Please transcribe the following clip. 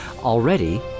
Already